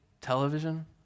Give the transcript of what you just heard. television